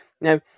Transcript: Now